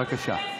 בבקשה.